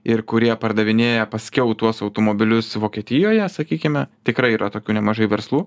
ir kurie pardavinėja paskiau tuos automobilius vokietijoje sakykime tikrai yra tokių nemažai verslų